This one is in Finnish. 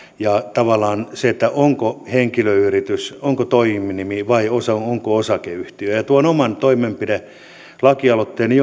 ja tavallaan se onko henkilöyritys onko toiminimi vai onko osakeyhtiö tuon oman toimenpidelakialoitteeni